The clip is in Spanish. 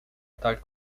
tal